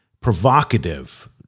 provocative